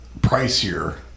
pricier